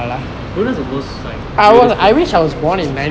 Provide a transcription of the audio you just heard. brunos are most like